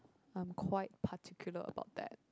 I'm quite particular about that